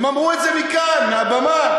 הם אמרו את זה מכאן, מהבמה.